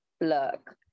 Look